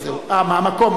מהמקום,